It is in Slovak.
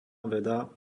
veda